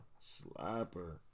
Slapper